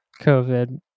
COVID